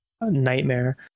nightmare